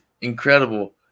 incredible